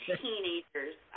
teenagers